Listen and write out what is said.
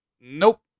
Nope